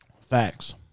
Facts